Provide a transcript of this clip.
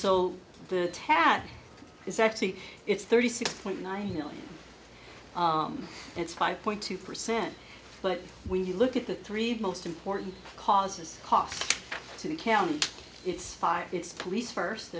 so the tab is actually it's thirty six point nine million it's five point two percent but when you look at the three most important causes cost to the county it's five it's police first